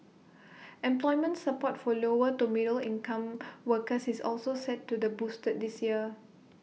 employment support for lower to middle income workers is also set to the boosted this year